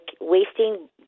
wasting